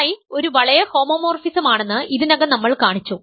Ψ ഒരു വളയ ഹോമോമോർഫിസമാണെന്ന് ഇതിനകം നമ്മൾ കാണിച്ചു